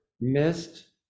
missed